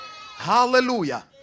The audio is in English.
Hallelujah